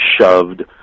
shoved